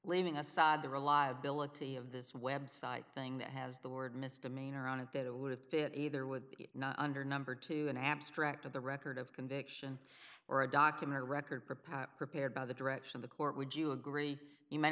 leaving aside the reliability of this website thing that has the word misdemeanor on it that it would have been either would not under number two an abstract of the record of conviction or a document or record pre packed prepared by the direction of the court would you agree you m